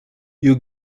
you